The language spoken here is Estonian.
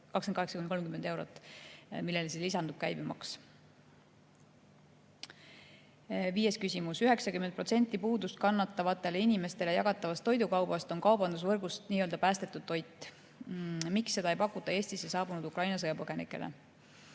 28–30 eurot, millele lisandub käibemaks. Viies küsimus: "90 protsenti puudustkannatavatele inimestele jagatavast toidukaubast on kaubandusvõrgust nö päästetud toit. Miks seda ei pakuta Eestisse saabunud Ukraina sõjapõgenikele?"